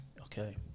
Okay